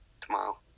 tomorrow